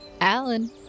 Alan